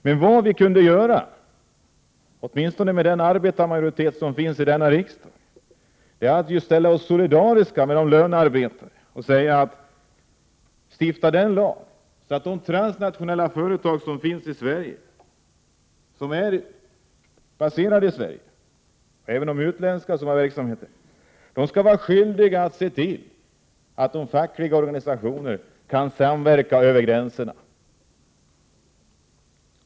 Men vad vi kunde göra, åtminstone med den arbetarmajoritet som finns i riksdagen, är att ställa oss solidariska med lönearbetarna och stifta en sådan lag att de transnationella företag som är baserade i Sverige, även de utländska företag som har verksamhet här, skulle vara skyldiga att se till att de fackliga organisationerna kan samverka över gränserna.